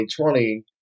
2020